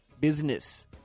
Business